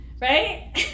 Right